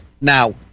Now